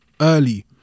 early